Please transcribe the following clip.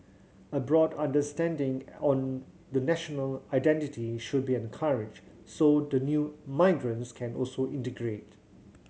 a broad understanding on the national identity should be encouraged so the new migrants can also integrate